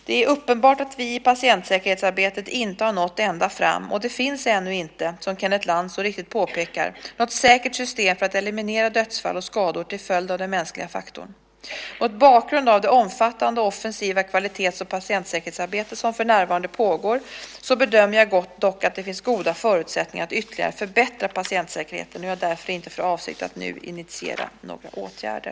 Det är uppenbart att vi i patientsäkerhetsarbetet inte har nått ända fram, och det finns ännu inte, som Kenneth Lantz så riktigt påpekar, något säkert system för att eliminera dödsfall och skador till följd av den mänskliga faktorn. Mot bakgrund av det omfattande och offensiva kvalitets och patientsäkerhetsarbete som för närvarande pågår så bedömer jag dock att det finns goda förutsättningar att ytterligare förbättra patientsäkerheten, och jag har därför inte för avsikt att nu initiera några åtgärder.